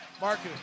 Marcus